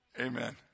Amen